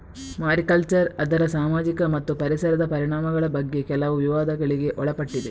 mariculture ಅದರ ಸಾಮಾಜಿಕ ಮತ್ತು ಪರಿಸರದ ಪರಿಣಾಮಗಳ ಬಗ್ಗೆ ಕೆಲವು ವಿವಾದಗಳಿಗೆ ಒಳಪಟ್ಟಿದೆ